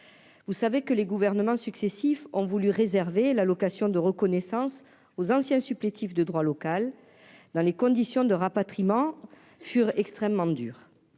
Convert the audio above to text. vous savez que les gouvernements successifs ont voulu réserver l'allocation de reconnaissance aux anciens supplétifs de droit local dans les conditions de rapatriement furent extrêmement dur